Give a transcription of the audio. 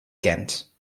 ghent